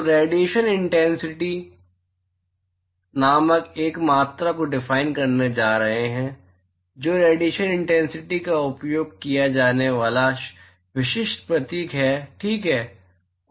तो हम radiation intensity नामक एक मात्रा को डिफाइन करने जा रहे हैं जो रेडिएशन इंटेंसिटी और उपयोग किया जाने वाला विशिष्ट प्रतीक I ठीक है